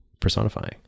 personifying